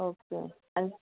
okay आणि